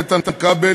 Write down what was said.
איתן כבל,